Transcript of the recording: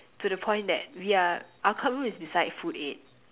to the point that we are our club room is beside food eight